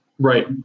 Right